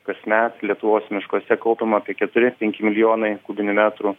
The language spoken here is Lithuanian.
kasmet lietuvos miškuose kaupiama apie keturi penki milijonai kubinių metrų